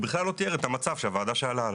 בכלל לא תיאר את המצב שהוועדה שאלה עליו.